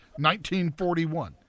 1941